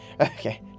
Okay